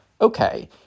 okay